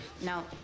No